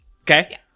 Okay